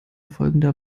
folgender